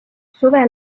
suve